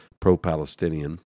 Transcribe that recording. pro-Palestinian